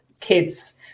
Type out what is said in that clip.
kids